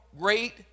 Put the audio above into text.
great